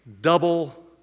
double